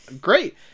great